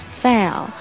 fail